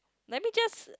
let me just